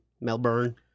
Melbourne